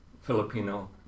Filipino